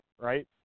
right